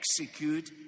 execute